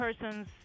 person's